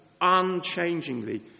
unchangingly